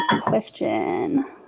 question